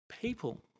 people